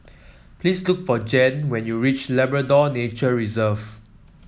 please look for Jann when you reach Labrador Nature Reserve